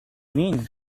mean